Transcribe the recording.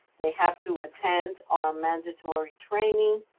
they have to attend our mandatory training.